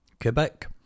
Quebec